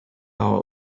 are